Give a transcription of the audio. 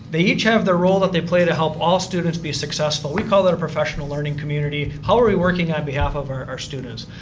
they each have their role that they play to help all students be successful. we call it a professional learning community. how are we working on behalf of our students?